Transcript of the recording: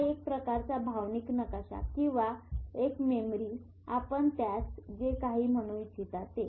हा एक प्रकारचा भावनिक नकाशा किंवा एक मेमरी किंवा आपण त्यास जे काही म्हणू इच्छिता ते